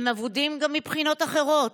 הם אבודים גם מבחינות אחרות.